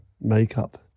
makeup